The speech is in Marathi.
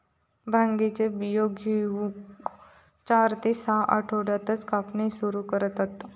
भांगेचे बियो घेऊक चार ते सहा आठवड्यातच कापणी सुरू करतत